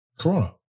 Corona